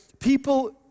People